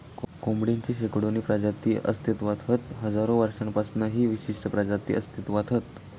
कोंबडेची शेकडोनी प्रजाती अस्तित्त्वात हत हजारो वर्षांपासना ही विशिष्ट प्रजाती अस्तित्त्वात हत